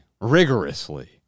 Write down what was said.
rigorously